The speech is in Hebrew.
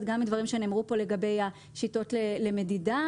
גם מדברים שנאמרו פה לגבי השיטות למדידה,